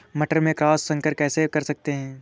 मटर में क्रॉस संकर कैसे कर सकते हैं?